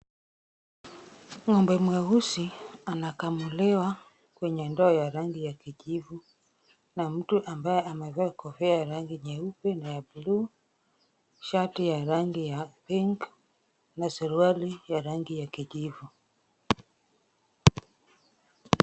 Ng'ombe mweusi anakamuliwa kwenye ndoo ya rangi ya kijivu. Kuna mtu ambaye amevaa kofia ya rangi nyeupe na ya buluu, shati ya rangi ya pink na suruali ya rangi ya kijivu.